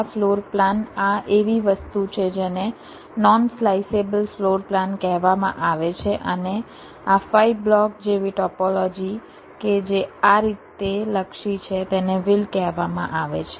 આ floor plan આ એવી વસ્તુ છે જેને નોન સ્લાઈસેબલ ફ્લોર પ્લાન કહેવામાં આવે છે અને આ 5 બ્લોક જેવી ટોપોલોજી કે જે આ રીતે લક્ષી છે તેને વ્હીલ કહેવામાં આવે છે